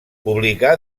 publicà